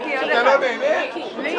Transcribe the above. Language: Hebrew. בשעה 11:53.